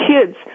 kids